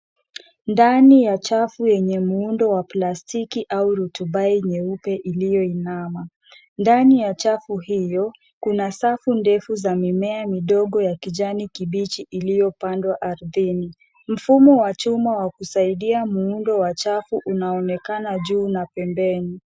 Ndani ya chafu yenye muundo wa plastiki au rutubai nyeupe iliyoinama. Ndani ya chafu hiyo, Kuna safu ndefu za mimea midogo ya kijani kibichi iliyopandwa ardhini. Mfumo wa chuma wa kusaidia muundo wa chafu unaonekana juu na pembeni.